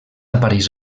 apareix